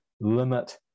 limit